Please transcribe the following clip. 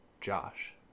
Josh